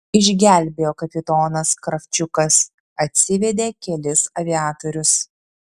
išgelbėjo kapitonas kravčiukas atsivedė kelis aviatorius